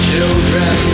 Children